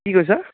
কি কৈছা